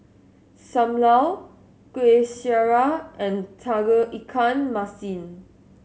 Sam Lau Kuih Syara and Tauge Ikan Masin